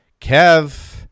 Kev